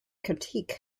critique